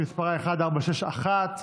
שמספרה 1461,